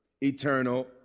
eternal